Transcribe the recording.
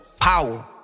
Power